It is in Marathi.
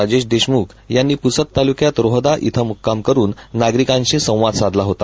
राजेश देशमुख यांनी पुसद तालुक्यात रोहदा धिं मुक्काम करून नागरिकांशी संवाद साधला होता